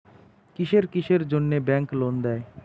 কিসের কিসের জন্যে ব্যাংক লোন দেয়?